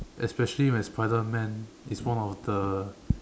especially when spiderman is one of the